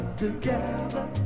together